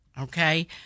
okay